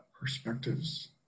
perspectives